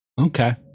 Okay